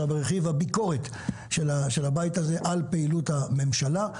אלא ברכיב הביקורת של הבית הזה על פעילות הממשלה.